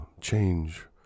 change